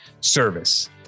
service